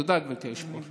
תודה, גברתי היושבת-ראש.